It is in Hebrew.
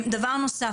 דבר נוסף,